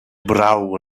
braw